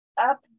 up